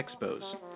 Expos